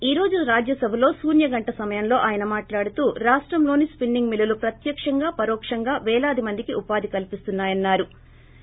ఈ రోజు రాజ్యసభలో శూన్న గంట సమయంలో ఆయన మాట్లాడుతూ రాష్టంలోని స్పిన్నింగ్ మిల్లులు ప్రత్యకంగా పరోక్షంగా పేలాది మందికి ఉపాధి కల్పిస్తున్నాయని తెలిపారు